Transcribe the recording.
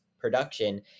production